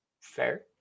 Fair